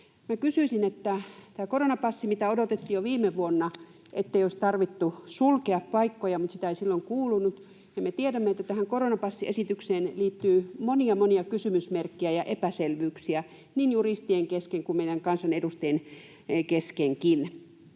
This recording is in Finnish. viikossa. Tätä koronapassia odotettiin jo viime vuonna, ettei olisi tarvinnut sulkea paikkoja, mutta sitä ei silloin kuulunut, ja me tiedämme, että tähän koronapassiesitykseen liittyy monia, monia kysymysmerkkejä ja epäselvyyksiä niin juristien kesken kuin meidän kansanedustajienkin kesken.